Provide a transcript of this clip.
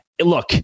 Look